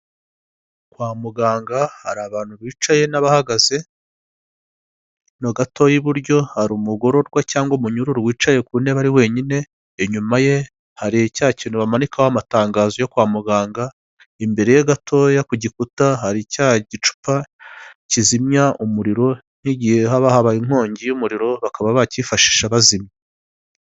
Kwa muganga hari abantu bicaye n'abahagaze, inyuma gatoya iburyo hari umugororwa cyangwa umunyururu wicaye ku ntebe wenyine imyuma ye hari cya kintu bamanikaho amatangazo yo kwa muganga imbere ye gatoya yo kugikuta hari cya gicupa kizimya umuriro nk'igihe haba habaye inkongi y'umuriro bakaba bakifashisha bazimya.